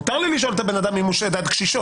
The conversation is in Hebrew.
מותר לי לשאול את הבן אדם אם הוא שדד קשישות.